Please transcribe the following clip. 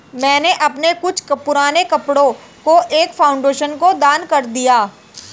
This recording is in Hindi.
मैंने अपने कुछ पुराने कपड़ो को एक फाउंडेशन को दान कर दिया